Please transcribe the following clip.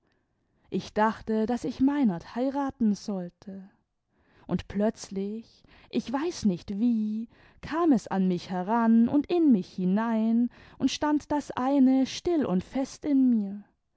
ich dachte daß ich meinert heiraten sollte und plötzlich ich weiß nicht wie kam es an mich heran luid in mich hinein und stand das eine still und fest in mir